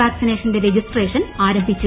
വാക്സിനേഷന്റെ registration ആരംഭിച്ചു